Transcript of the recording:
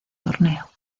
torneo